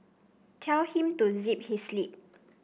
tell him to zip his lip